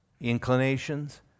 inclinations